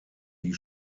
die